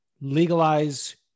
Legalize